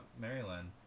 Maryland